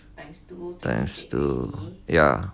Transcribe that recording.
times two ya